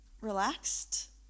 relaxed